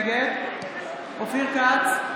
נגד אופיר כץ,